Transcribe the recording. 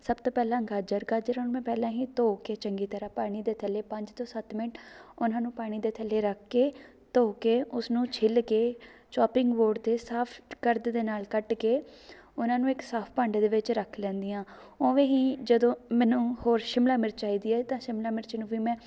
ਸਭ ਤੋਂ ਪਹਿਲਾਂ ਗਾਜਰ ਗਾਜਰਾਂ ਨੂੰ ਮੈਂ ਪਹਿਲਾਂ ਹੀ ਧੋ ਕੇ ਚੰਗੀ ਤਰ੍ਹਾਂ ਪਾਣੀ ਦੇ ਥੱਲੇ ਪੰਜ ਤੋਂ ਸੱਤ ਮਿੰਟ ਉਹਨਾਂ ਨੂੰ ਪਾਣੀ ਦੇ ਥੱਲੇ ਰੱਖ ਕੇ ਧੋ ਕੇ ਉਸ ਨੂੰ ਛਿੱਲ ਕੇ ਚੌਪਿੰਗ ਬੌਰਡ 'ਤੇ ਸਾਫ਼ ਕਰਦ ਦੇ ਨਾਲ ਕੱਟ ਕੇ ਉਹਨਾਂ ਨੂੰ ਇੱਕ ਸਾਫ਼ ਭਾਂਡੇ ਦੇ ਵਿੱਚ ਰੱਖ ਲੈਂਦੀ ਹਾਂ ਉਵੇਂ ਹੀ ਜਦੋਂ ਮੈਨੂੰ ਹੋਰ ਸ਼ਿਮਲਾ ਮਿਰਚ ਚਾਹੀਦੀ ਹੈ ਤਾਂ ਸ਼ਿਮਲਾ ਮਿਰਚ ਨੂੰ ਵੀ ਮੈਂ